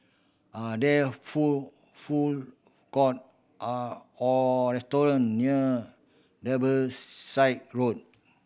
are there food food court are or restaurant near Road